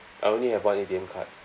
I only have one A_T_M card